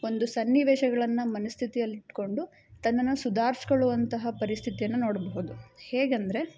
ಒಂದು ಸನ್ನಿವೇಶಗಳನ್ನು ಮನಸ್ಥಿತಿಯಲ್ ಇಟ್ಕೊಂಡು ತನ್ನನ್ನು ಸುಧಾರಿಸ್ಕೊಳ್ಳುವಂತಹ ಪರಿಸ್ಥಿತಿಯನ್ನ ನೋಡಬಹುದು ಹೇಗಂದರೆ